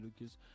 Lucas